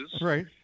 Right